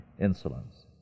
insolence